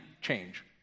change